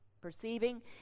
perceiving